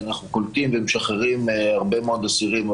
כי אנחנו קולטים ומשחררים הרבה מאוד אסירים.